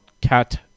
cat